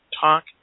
talk